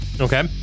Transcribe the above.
okay